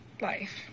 life